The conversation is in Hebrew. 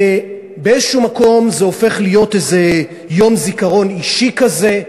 ובאיזה מקום זה הופך להיות איזה יום זיכרון אישי כזה,